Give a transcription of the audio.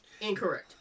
Incorrect